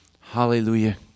Hallelujah